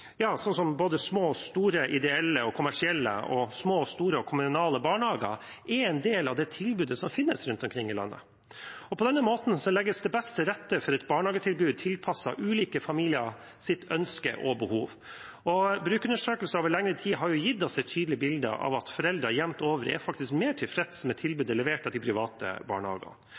som både små og store ideelle og kommersielle og små og store kommunale barnehager, er en del av det tilbudet som finnes rundt omkring i landet. På denne måten legges det best til rette for et barnehagetilbud tilpasset ulike familiers ønsker og behov. Brukerundersøkelser over lengre tid har gitt oss et tydelig bilde av at foreldre jevnt over faktisk er mer tilfreds med tilbudet levert av de private barnehagene.